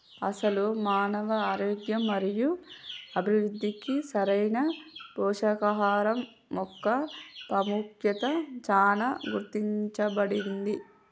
అసలు మానవ ఆరోగ్యం మరియు అభివృద్ధికి సరైన పోషకాహరం మొక్క పాముఖ్యత చానా గుర్తించబడింది